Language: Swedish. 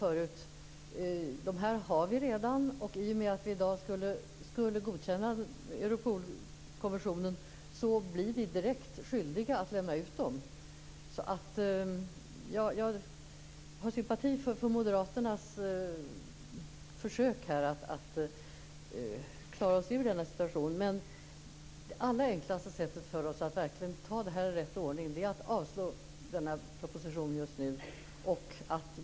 Det här har vi alltså redan. I och med att vi i dag skulle godkänna Europolkonventionen blir vi direkt skyldiga att lämna ut uppgifterna. Jag känner sympati för Moderaternas försök att klara oss ur denna situation. Det allra enklaste sättet för oss att verkligen ta de här sakerna i rätt ordning är att nu avslå propositionen.